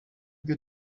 byo